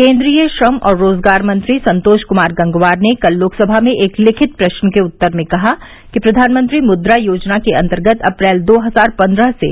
केन्द्रीय श्रम और रोजगार मंत्री संतोष कूमार गंगवार ने कल लोकसभा में एक लिखित प्रश्न के उत्तर में कहा कि प्रधानमंत्री मुद्रा योजना के अतंर्गत अप्रैल दो हजार पन्द्रह से